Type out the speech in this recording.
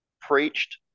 preached